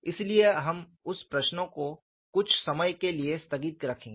इसलिए हम उस प्रश्न को कुछ समय के लिए स्थगित रखेंगे